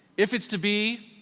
if it's to be?